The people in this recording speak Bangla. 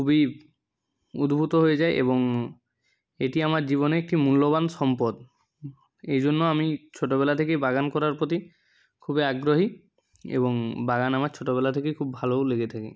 খুবই উদ্ভূত হয়ে যাই এবং এটি আমার জীবনের একটি মূল্যবান সম্পদ এই জন্য আমি ছোটোবেলা থেকেই বাগান করার প্রতি খুবই আগ্রহী এবং বাগান আমার ছোটোবেলা থেকেই খুব ভালোও লেগে থেকে